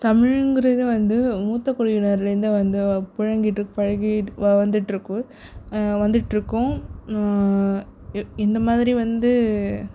தமிழ்ங்கிறது வந்து மூத்த குடியினர்லேருந்து வந்த பு பொழங்கிட்டு பழகிட் வாழ்ந்துகிட்ருக்கு வந்துட்டுருக்கோம் இந்த மாதிரி வந்து